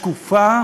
שקופה,